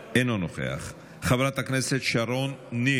אינו נוכח, חברת הכנסת שרון ניר,